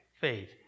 faith